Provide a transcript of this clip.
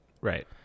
right